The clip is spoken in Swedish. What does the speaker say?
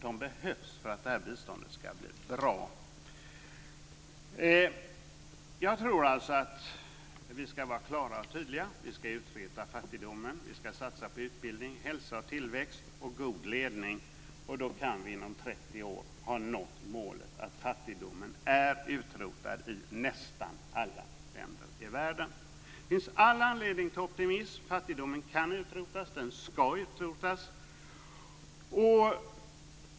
De behövs för att biståndet ska bli bra. Vi ska alltså vara klara och tydliga. Vi ska utrota fattigdomen. Vi ska satsa på utbildning, hälsa, tillväxt och god ledning. Då kan vi inom 30 år ha nått målet att fattigdomen är utrotad i nästan alla länder i världen. Det finns all anledning till optimism. Fattigdomen kan utrotas. Den ska utrotas.